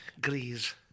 Grease